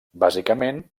bàsicament